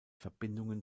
verbindungen